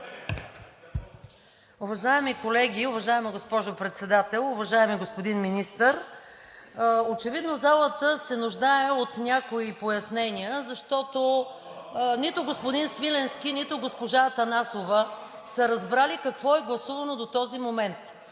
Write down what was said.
Уважаеми колеги, уважаема госпожо Председател, уважаеми господин Министър! Очевидно залата се нуждае от някои пояснения, защото нито господин Свиленски, нито госпожа Атанасова са разбрали какво е гласувано до този момент.